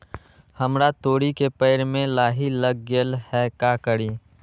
हमरा तोरी के पेड़ में लाही लग गेल है का करी?